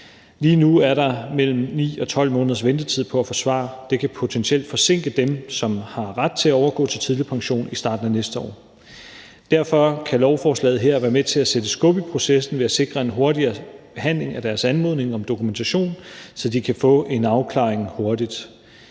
Lige nu er der mellem 9 og 12 måneders ventetid på at få svar. Det kan potentielt forsinke dem, som har ret til at overgå til tidlig pension i starten af næste år. Derfor kan lovforslaget her være med til at sætte skub i processen ved at sikre en hurtigere behandling af deres anmodning om dokumentation, så de kan få en afklaring hurtigt.